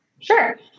Sure